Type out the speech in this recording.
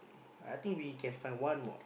I think we can find one more